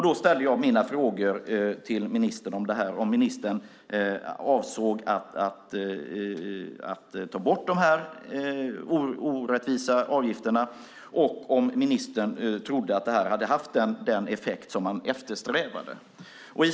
Då ställde jag mina frågor till ministern om detta, nämligen om ministern avsåg att ta bort de här orättvisa avgifterna och om ministern trodde att det här hade haft den effekt som man eftersträvat.